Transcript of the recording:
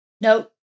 No